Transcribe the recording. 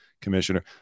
commissioner